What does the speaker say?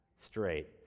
straight